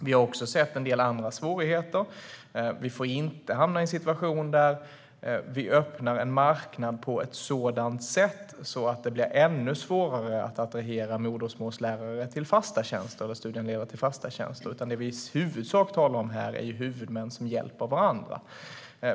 Vi har också sett en del andra svårigheter. Vi får inte hamna i en situation där vi öppnar en marknad på ett sådant sätt att det blir ännu svårare att attrahera modersmålslärare eller studiehandledare till fasta tjänster. Det vi i huvudsak talar om här är huvudmän som hjälper varandra.